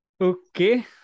Okay